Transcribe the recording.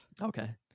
Okay